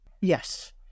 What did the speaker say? Yes